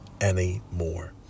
anymore